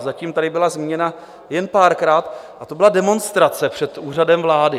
Zatím tady byla zmíněna jen párkrát, a to byla demonstrace před Úřadem vlády.